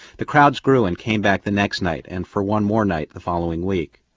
the crowds grew and came back the next night and for one more night the following week.